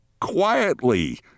quietly